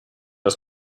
das